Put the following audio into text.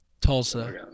Tulsa